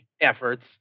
efforts